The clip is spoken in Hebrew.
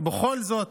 ובכל זאת